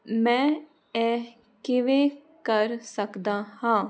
ਮੈਂ ਇਹ ਕਿਵੇਂ ਕਰ ਸਕਦਾ ਹਾਂ